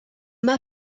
m’a